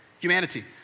humanity